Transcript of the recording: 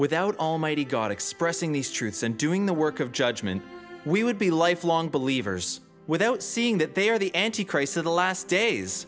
without almighty god expressing these truths and doing the work of judgement we would be lifelong believers without seeing that they are the anti christ of the last days